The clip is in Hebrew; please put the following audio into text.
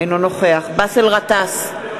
אינו נוכח באסל גטאס,